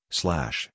slash